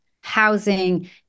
housing